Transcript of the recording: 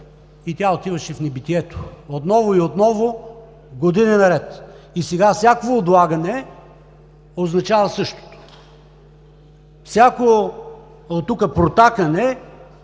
и тя отиваше в небитието, отново и отново години наред. Сега всякакво отлагане означава същото. Всяко от тук протакане